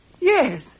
Yes